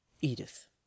Edith